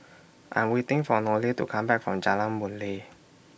I Am waiting For Nohely to Come Back from Jalan Boon Lay